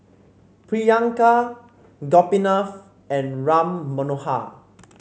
Priyanka Gopinath and Ram Manohar